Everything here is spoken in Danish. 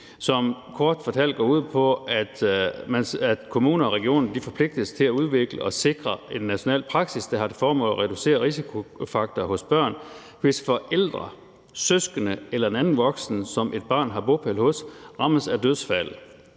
som kort fortalt går ud på, at kommuner og regioner forpligter sig til at udvikle og sikre en national praksis, der har til formål at reducere risikofaktorer hos børn, hvis forældre, søskende eller en anden voksen, som et barn har bopæl hos, rammes af dødsfald,